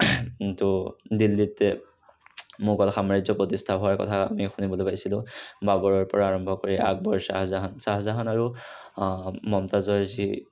কিন্তু দিল্লীতে মোগল সাম্ৰাজ্য প্ৰতিষ্ঠা হোৱাৰ কথা আমি শুনিবলৈ পাইছিলোঁ বাবৰৰ পৰা আৰম্ভ কৰি আকবৰ চাহজাহান চাহজাহান আৰু মমতাজৰ যি